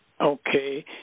Okay